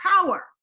power